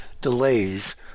delays